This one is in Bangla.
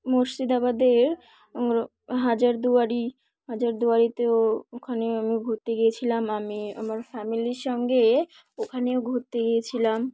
মুর্শিদাবাদের হাজারদুয়ারি হাজারদুয়ারিতেও ওখানে আমি ঘুরতে গিয়েছিলাম আমি আমার ফ্যামিলির সঙ্গে ওখানেও ঘুরতে গিয়েছিলাম